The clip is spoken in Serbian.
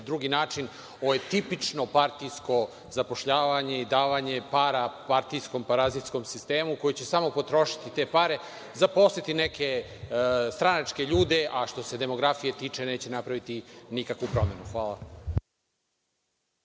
drugi način. Ovo je tipično partijsko zapošljavanje i davanje para partijskom parazitskom sistemu, koji će samo potrošiti te pare, zaposliti neke stranačke ljude, a što se demografije tiče, neće napraviti nikakvu promenu. Hvala.